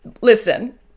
listen